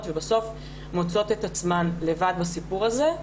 ובסוף מוצאות את עצמן לבד בסיפור הזה?